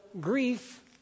grief